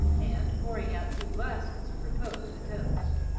and pouring out two glasses, proposed a toast.